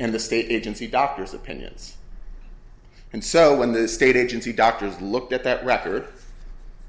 and the state agency doctors opinions and so when this state agency doctors looked at that record